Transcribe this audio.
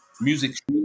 music